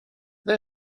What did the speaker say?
they